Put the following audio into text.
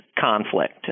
conflict